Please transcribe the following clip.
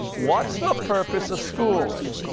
what's the purpose of schools?